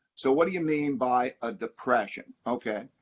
so what do you mean by a depression, ok?